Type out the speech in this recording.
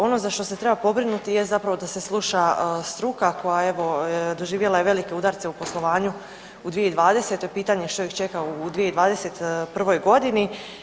Ono za što se treba pobrinuti jest zapravo da se sluša struka koja evo doživjela je velike udarce u poslovanju u 2020.-toj, pitanje je što ih čeka u 2021. godini.